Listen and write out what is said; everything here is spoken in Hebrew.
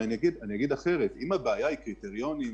אם הבעיה היא קריטריונים,